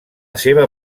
seva